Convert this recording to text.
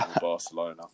Barcelona